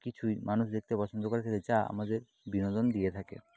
কিছুই মানুষ দেখতে পছন্দ করে থাকে যা আমাদের বিনোদন দিয়ে থাকে